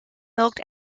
milk